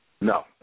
No